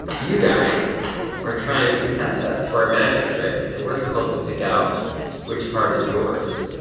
you guys are trying to test us for a magic trick and we're supposed to pick out which card is yours.